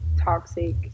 toxic